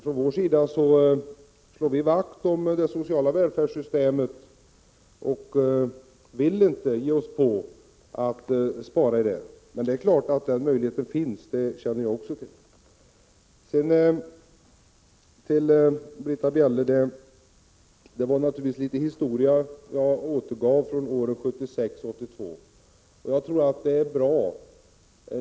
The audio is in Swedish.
På vår sida slår vi vakt om det sociala välfärdssystemet och vill inte ge oss på att spara på det. Men möjligheten finns naturligtvis. Till Britta Bjelle: Det var naturligtvis litet historia jag återgav från åren 1976—1982.